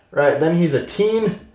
right? then he's a team,